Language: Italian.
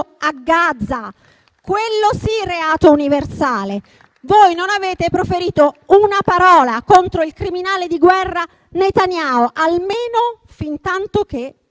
a Gaza, quello sì, reato universale. Non avete proferito una parola contro il criminale di guerra Netanyahu almeno fintantoché